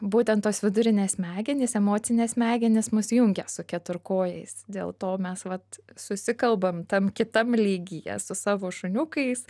būtent tos vidurinės smegenys emocinės smegenys mus jungia su keturkojais dėl to mes vat susikalbam tam kitam lygyje su savo šuniukais